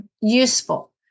useful